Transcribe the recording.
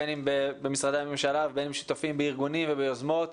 בין אם במשרדי הממשלה ובין אם בארגונים וביוזמות.